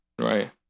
Right